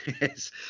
Yes